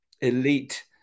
elite